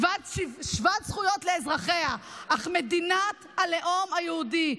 שוות זכויות לאזרחיה, אך מדינת הלאום היהודי.